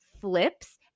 flips